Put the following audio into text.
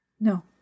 No